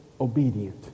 obedient